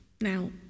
now